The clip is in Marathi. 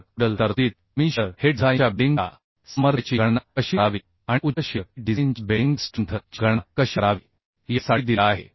तर कोडल तरतुदीत कमी शिअर हे डिझाइनच्या बेंडिंग च्या सामर्थ्याची गणना कशी करावी आणि उच्च शिअर हे डिझाइनच्या बेंडिंग च्या स्ट्रेंथ ची गणना कशी करावी यासाठी दिले आहे